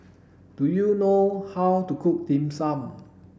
do you know how to cook dim sum